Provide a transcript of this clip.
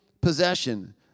possession